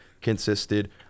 consisted—